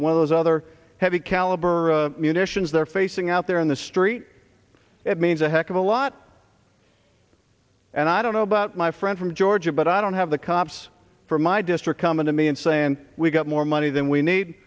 and one of those other heavy caliber munitions they're facing out there on the street it means a heck of a lot and i don't know about my friend from georgia but i don't have the cops from my district coming to me and saying we've got more money than we need